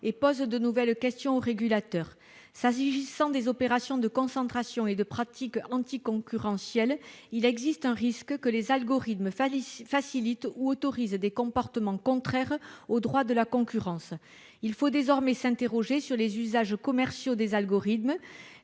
et posent de nouvelles questions aux régulateurs. S'agissant des opérations de concentration et de pratiques anticoncurrentielles, il existe un risque que les algorithmes facilitent ou autorisent des comportements contraires au droit de la concurrence. Il faut désormais s'interroger sur les usages commerciaux des algorithmes,